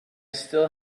still